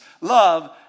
love